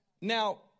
Now